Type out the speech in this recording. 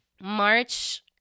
March